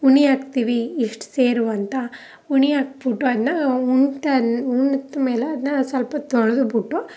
ಉಣಿ ಹಾಕ್ತೀವಿ ಎಷ್ಟು ಸೇರು ಅಂತ ಉಣಿ ಹಾಕ್ಬಿಟ್ಟು ಅದನ್ನ ಉಣ್ತಲ್ ಉಣ್ತ್ ಮೇಲೆ ಅದನ್ನ ಸ್ವಲ್ಪ ತೊಳೆದ್ಬಿಟ್ಟು